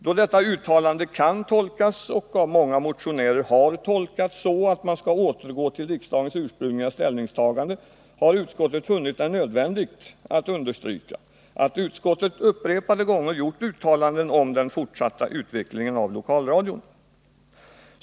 Då detta uttalande kan tolkas — och av många motionärer har tolkats — så att man skall återgå till riksdagens ursprungliga ställningstagande, har utskottet funnit det nödvändigt att understryka att utskottet upprepade gånger gjort uttalanden om den fortsatta utvecklingen av lokalradion.